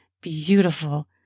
beautiful